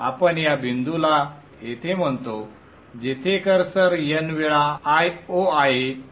आपण या बिंदूला येथे म्हणतो जेथे कर्सर n वेळा Io आहे